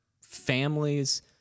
families